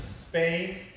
Spain